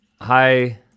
hi